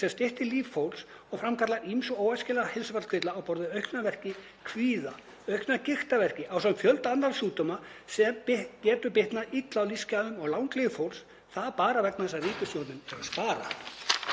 sem stytta líf fólks og framkalla ýmsa óæskilega heilsufarskvilla á borð við aukna verki, kvíða, aukna gigtarverki ásamt fjölda annarra sjúkdóma sem getur bitnað illa á lífsgæðum og langlífi fólks, og það bara vegna þess að ríkisstjórnin er